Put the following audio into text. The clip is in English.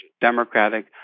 democratic